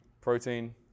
protein